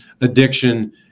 addiction